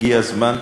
הגיע הזמן,